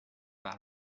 par